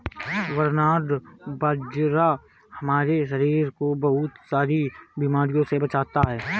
barnyard बाजरा हमारे शरीर को बहुत सारी बीमारियों से बचाता है